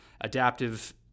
adaptive